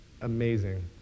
amazing